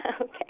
Okay